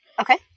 Okay